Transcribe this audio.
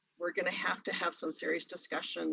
we're gonna have to have some serious discussions